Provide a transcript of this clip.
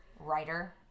writer